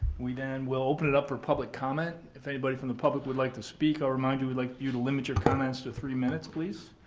we then will open it up for public comment. if anybody from the public would like to speak, i'll remind you we'd like you to limit your comments to three minutes please.